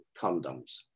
Condoms